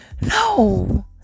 No